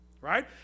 right